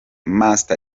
master